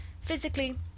Physically